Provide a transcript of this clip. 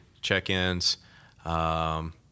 check-ins